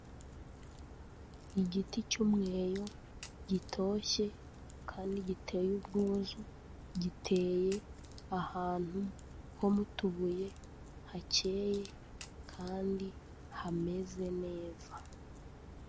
Igiti cy'umweyo gitoshye kandi giteye ubwuzu, giteye ahantu ho mu tubuye, hakeye kandi hameze neza.